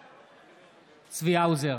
בעד צבי האוזר,